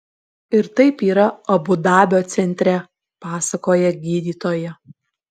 ir taip yra abu dabio centre pasakoja gydytoja